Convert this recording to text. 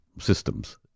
systems